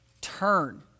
turn